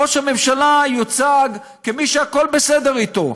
ראש הממשלה יוצג כמי שהכול בסדר איתו.